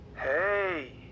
Hey